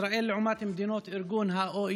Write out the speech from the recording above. בישראל לעומת מדינות ה-OECD.